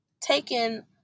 taken